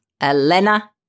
Elena